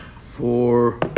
four